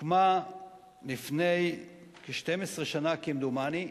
שהוקמה לפני כ-12 שנה כמדומני,